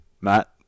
Matt